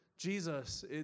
Jesus